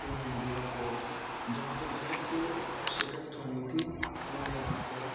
team India کو جہاں پہ مطلب کہ شکست ہونی تھی انہوں نے وہاں پہ